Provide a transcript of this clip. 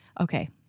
Okay